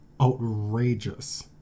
outrageous